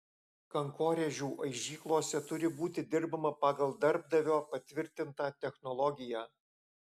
kankorėžių aižyklose turi būti dirbama pagal darbdavio patvirtintą technologiją